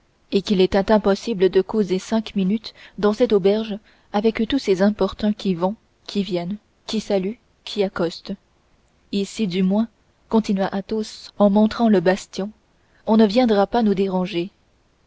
et qu'il était impossible de causer cinq minutes dans cette auberge avec tous ces importuns qui vont qui viennent qui saluent qui accostent ici du moins continua athos en montrant le bastion on ne viendra pas nous déranger